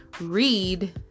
Read